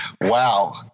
Wow